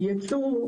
יצוא,